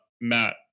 matt